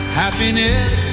happiness